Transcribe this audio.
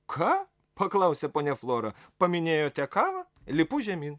ką paklausė ponia flora paminėjote kavą lipu žemyn